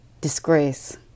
disgrace